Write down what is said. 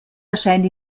erscheint